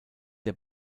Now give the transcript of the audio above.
der